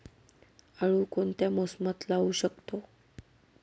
आळू कोणत्या मोसमात लावू शकतो?